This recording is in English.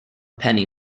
penny